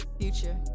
Future